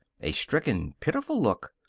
a stricken, pitiful look.